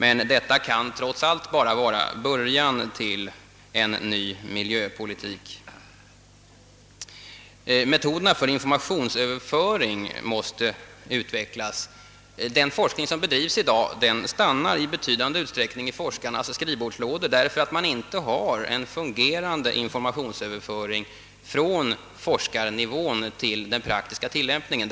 Men allt detta kan dock endast vara en början till en ny miljöpolitik. Metoderna för informationsöverföring måste också utvecklas. Den forskning som bedrives i dag ger resultat, som i mycket stor utsträckning stannar i forskarnas skrivbordslådor då vi inte har en fungerande informationsöverföring från forskarnivån till den praktiska tillämpningen.